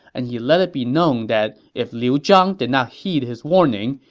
and he let it be known that if liu zhang did not heed his warnings,